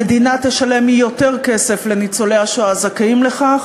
המדינה תשלם יותר כסף לניצולי השואה הזכאים לכך.